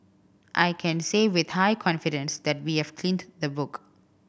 I can say with high confidence that we have cleaned the book